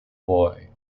boy